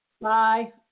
Bye